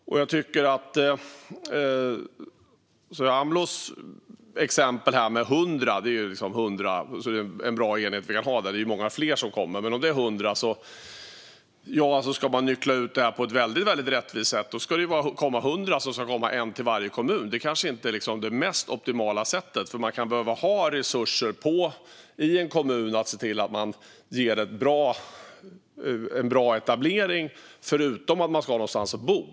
Sofia Amloh tog här exemplet med 100 personer. Det är en bra enhet, men det är många fler som kommer. Om man ska nyckla ut 100 på ett väldigt rättvist sätt ska det komma 1 till varje kommun. Det är kanske inte det mest optimala sättet. Man kan behöva ha resurser i en kommun att för att se till att man ger en bra etablering förutom att människor ska ha någonstans att bo.